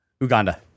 Uganda